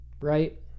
Right